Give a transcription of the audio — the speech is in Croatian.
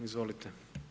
Izvolite.